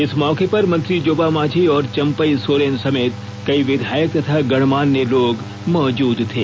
इस मौके पर मंत्री जोबा मांझी और चंपई सोरेन समेत कई विधायक तथा गणमान्य लोग मौजूद थे